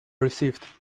received